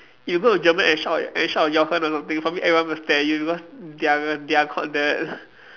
you go to German and shout at and shout at Jochen or something probably everyone will stare at you because they are they are called that